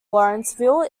lawrenceville